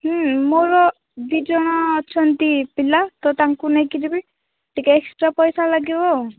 ହଁ ମୋର ଦୁଇ ଜଣ ଅଛନ୍ତି ପିଲା ତ ତାଙ୍କୁ ନେଇକି ଯିବି ଟିକେ ଏକ୍ସଟ୍ରା ପଇସା ଲାଗିବ